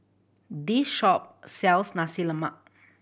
this shop sells Nasi Lemak